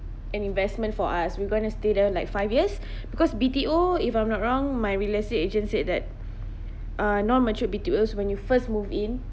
an investment for us we're going to stay there like five years because B_T_O if I'm not wrong my real estate agent said that uh non-mature B_T_O when you first move in